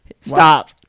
Stop